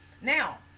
Now